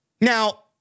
Now